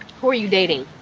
who are you dating?